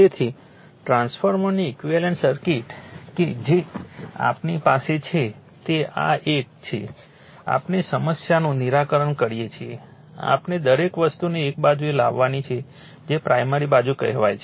તેથી ટ્રાન્સફોર્મરની equivalent circuit કે જે આપણી પાસે છે તે આ એક છે આપણે સમસ્યાનું નિરાકરણ કરીએ છીએ આપણે દરેક વસ્તુને એક બાજુએ લાવવાની છે જે પ્રાઇમરી બાજુ કહેવાય છે